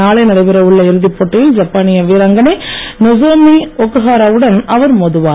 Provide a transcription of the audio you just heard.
நாளை நடைபெற உள்ள இறுதிப்போட்டியில் ஜப்பானிய வீராங்கனை நோசோமி ஒக்குஹரா வுடன் அவர் மோதுவார்